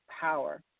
power